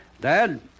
Dad